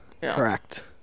Correct